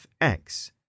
fx